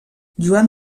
joan